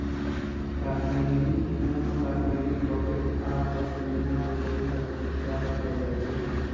कश्मीरी ऊन कश्मीरी बकरि आऽ पशमीना बकरि सभ से प्राप्त कएल जाइ छइ